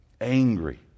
angry